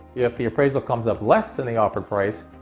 yeah if the appraisal comes up less than the offered price,